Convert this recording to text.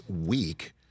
week